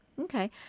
Okay